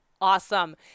awesome